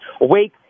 Wake